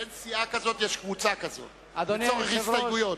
אין סיעה כזאת, יש קבוצה כזאת לצורך הסתייגויות.